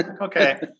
Okay